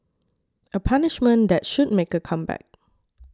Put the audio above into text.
a punishment that should make a comeback